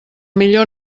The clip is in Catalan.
millor